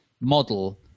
model